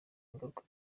ingaruka